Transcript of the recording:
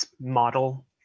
model